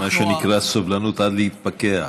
אנחנו, מה שנקרא, סבלנות עד להתפקע.